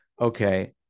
okay